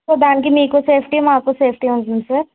so దానికి మీకు safety మాకు సేఫ్టీ ఉంటుంది సార్